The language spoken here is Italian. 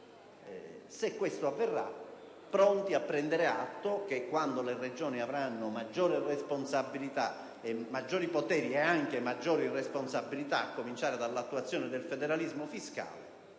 Siamo comunque pronti a prendere atto che quando le Regioni avranno maggiori poteri e anche maggiori responsabilità, a cominciare dall'attuazione del federalismo fiscale,